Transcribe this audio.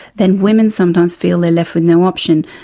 then women sometimes feel they're left with no option.